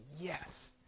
yes